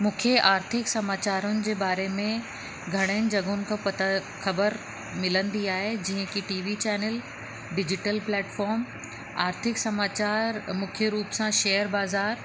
मूंखे आर्थिक समाचारुनि जे बारे में घणनि जॻहनि खां पता ख़बर मिलंदी आहे जीअं कि T V channel digital platform आर्थिक समाचारु मुख्य रूप सां शेयर बज़ारि